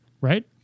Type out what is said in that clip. right